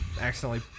accidentally